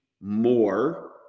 more